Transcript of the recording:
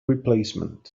replacement